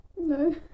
No